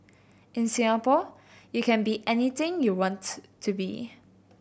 in Singapore you can be anything you wants to be